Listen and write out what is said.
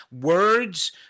Words